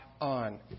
on